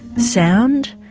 sound,